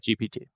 GPT